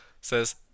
says